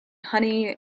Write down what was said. honey